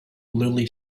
lily